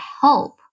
help